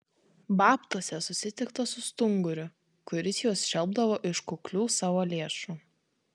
babtuose susitikta su stunguriu kuris juos šelpdavo iš kuklių savo lėšų